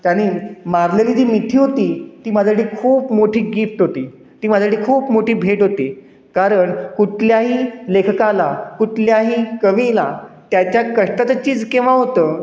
त्यानी मारलेली जी मिठी होती ती माझ्या खूप मोठी गिफ्ट होती ती माझ्या खूप मोठी भेट होती कारण कुठल्याही लेखकाला कुठल्याही कवीला त्याच्या कष्टाच चीज केव्हा होतं